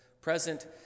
present